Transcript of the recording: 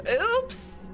oops